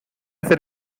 hacer